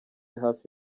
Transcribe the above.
hafi